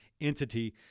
entity